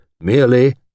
merely